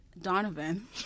Donovan